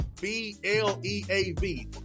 B-L-E-A-V